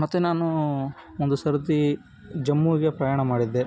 ಮತ್ತು ನಾನು ಒಂದು ಸರತಿ ಜಮ್ಮುವಿಗೆ ಪ್ರಯಾಣ ಮಾಡಿದ್ದೆ